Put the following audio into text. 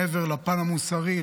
מעבר לפן המוסרי,